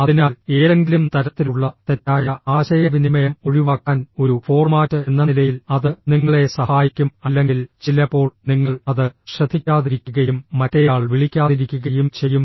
അതിനാൽ ഏതെങ്കിലും തരത്തിലുള്ള തെറ്റായ ആശയവിനിമയം ഒഴിവാക്കാൻ ഒരു ഫോർമാറ്റ് എന്ന നിലയിൽ അത് നിങ്ങളെ സഹായിക്കും അല്ലെങ്കിൽ ചിലപ്പോൾ നിങ്ങൾ അത് ശ്രദ്ധിക്കാതിരിക്കുകയും മറ്റേയാൾ വിളിക്കാതിരിക്കുകയും ചെയ്യും